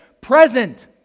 present